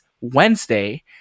Wednesday